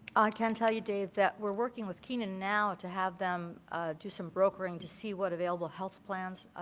i can tell you, dave, that we're working with keenan now to have them do some brokering to see what available health plans,